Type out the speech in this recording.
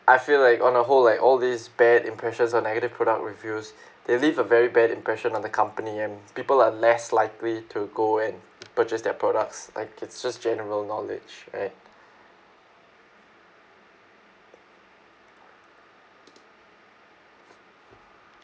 I feel like on a whole like all these bad impressions or negative product reviews they leave a very bad impression on the company and people are less likely to go and purchase their products like its just general knowledge eh